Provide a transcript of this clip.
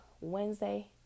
Wednesday